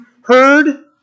heard